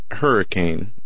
hurricane